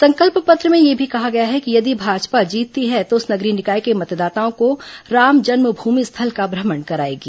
संकल्प पत्र में यह भी कहा गया है कि यदि भाजपा जीतती है तो उस नगरीय निकाय के मतदाताओं को राम जन्म भूमि स्थल का भ्रमण कराएगी